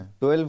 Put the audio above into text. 12